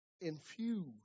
infuse